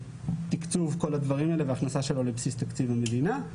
תקצוב כל הדברים האלה והכנסה שלהם לבסיס תקציב המדינה,